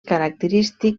característic